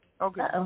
Okay